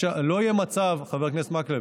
לא יהיה מצב, חבר הכנסת מקלב,